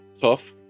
Tough